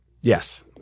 Yes